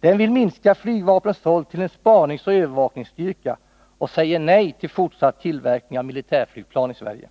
Den vill minska flygvapnets roll till en spaningsoch övervakningsstyrka och säger nej till fortsatt tillverkning av militärflygplan i Sverige.